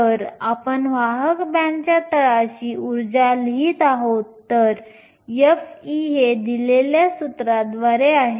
तर आपण वाहक बँडच्या तळाशी ऊर्जा लिहित आहोत तर f हे 11exp⁡kT आहे